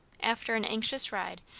after an anxious ride,